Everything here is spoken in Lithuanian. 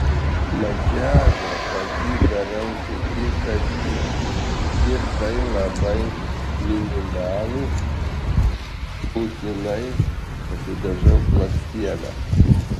makiažą pati darausi tik kasdien ir tai labai minimalų būtinai pasidažau blakstienas